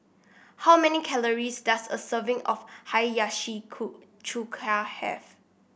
how many calories does a serving of Hiyashi Chuka have